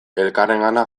elkarrengana